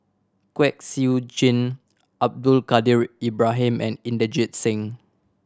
Kwek Siew Jin Abdul Kadir Ibrahim and Inderjit Singh